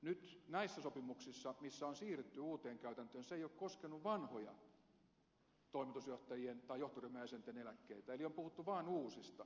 nyt näissä sopimuksissa missä on siirrytty uuteen käytäntöön se ei ole koskenut vanhoja toimitusjohtajien tai johtoryhmän jäsenten eläkkeitä eli on puhuttu vain uusista